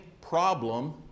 problem